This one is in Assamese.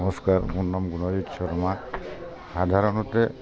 নমস্কাৰ মোৰ নাম গুণজিত শৰ্মা সাধাৰণতে